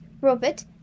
Robert